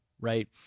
right